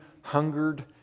hungered